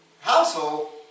household